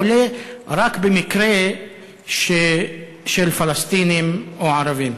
עולה רק במקרה של פלסטינים או ערבים?